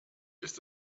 ist